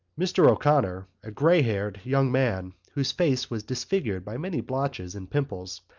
mr. o'connor, a grey-haired young man, whose face was disfigured by many blotches and pimples,